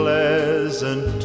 Pleasant